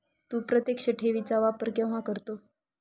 तू प्रत्यक्ष ठेवी चा वापर केव्हा करतो?